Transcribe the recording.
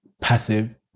passive